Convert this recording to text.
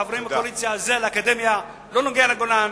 חברים בקואליציה, זה על האקדמיה, לא קשור לגולן.